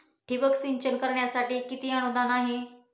ठिबक सिंचन करण्यासाठी किती अनुदान आहे?